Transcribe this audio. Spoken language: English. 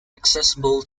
accessible